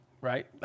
right